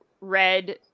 red